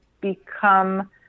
become